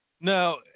Now